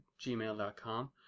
gmail.com